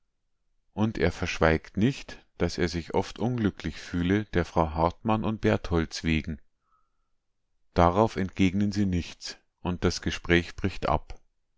und er verschweigt nicht daß er sich oft unglücklich fühle der frau hartmann und bertholds wegen darauf entgegnen sie nichts und das gespräch bricht ab